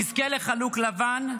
תזכה לחלוק לבן,